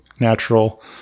natural